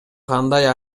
кандай